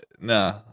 Nah